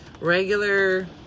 regular